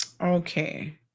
Okay